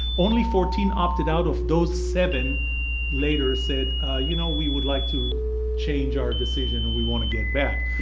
only fourteen opted out of those seven later said you know we would like to change our decision and we wanna get back.